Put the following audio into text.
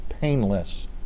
painless